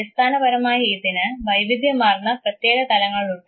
അടിസ്ഥാനപരമായി ഇതിന് വൈവിധ്യമാർന്ന പ്രത്യേക തലങ്ങളുണ്ട്